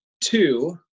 Two